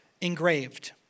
engraved